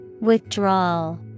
Withdrawal